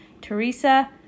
Teresa